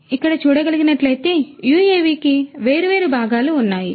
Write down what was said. కాబట్టి మీరు ఇక్కడ చూడగలిగినట్లుగా ఈ UAV కి వేర్వేరు భాగాలు ఉన్నాయి